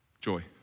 joy